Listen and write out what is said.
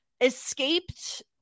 escaped